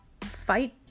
fight